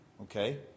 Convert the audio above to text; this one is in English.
Okay